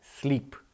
sleep